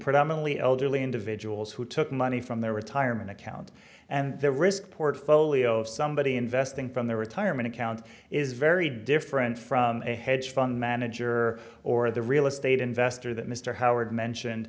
predominantly elderly individuals who took money from their retirement account and their risk portfolio somebody investing from their retirement account is very different from a hedge fund manager or the real estate investor that mr howard mentioned